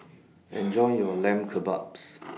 Enjoy your Lamb Kebabs